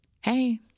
hey